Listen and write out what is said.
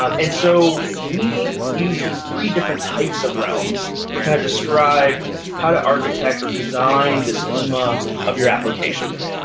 and so we used these three different types of realms to kind of describe how to architect or design the schema of your application.